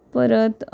परत